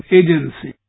agency